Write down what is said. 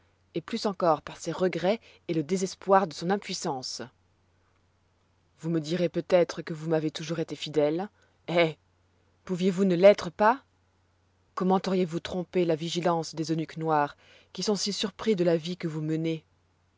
et plus encore par ses regrets et le désespoir de son impuissance vous me direz peut-être que vous m'avez été toujours fidèle eh pouviez-vous ne l'être pas comment auriez-vous trompé la vigilance des eunuques noirs qui sont si surpris de la vie que vous menez